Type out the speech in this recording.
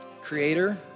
Creator